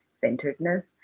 centeredness